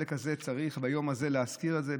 ביום הזה צריך להזכיר את זה,